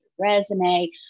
resume